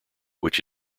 which